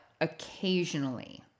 occasionally